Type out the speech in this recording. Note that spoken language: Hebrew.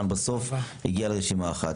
הגיע לרשימה אחת.